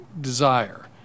desire